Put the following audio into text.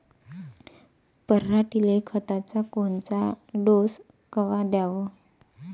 पऱ्हाटीले खताचा कोनचा डोस कवा द्याव?